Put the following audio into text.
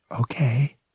Okay